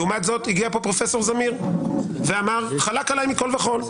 לעומת זאת הגיע לפה פרופ' זמיר וחלק עליי מכול וכול.